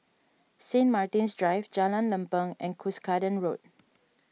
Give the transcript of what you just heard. Saint Martin's Drive Jalan Lempeng and Cuscaden Road